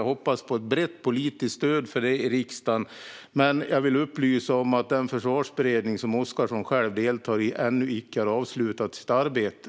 Jag hoppas på ett brett politiskt stöd för den i riksdagen, men jag vill upplysa om att den försvarsberedning som Oscarsson själv deltar i ännu icke har avslutat sitt arbete.